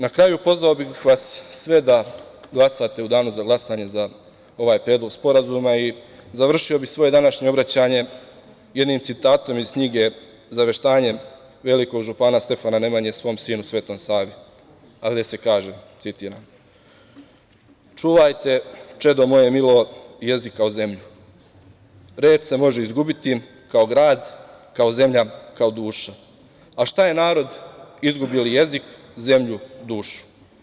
Na kraju, pozvao bih vas sve da glasate u danu za glasanje za ovaj predlog sporazuma i završio bih svoje današnje obraćanje jednim citatom iz knjige „Zaveštanje velikog župana Stefana Nemanje, svom sinu Svetom Savi“, a gde se kaže, citiram: „Čuvajte čedo moje milo jezik kao zemlju, red se može izgubiti kao grad, kao zemlja, kao duša, a šta je narod izgubi li jezik, zemlju, dušu?